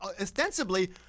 ostensibly